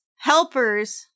helpers